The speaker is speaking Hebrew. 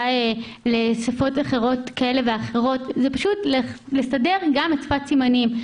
לשפות כאלה ואחרות זה פשוט לסדר גם את שפת הסימנים.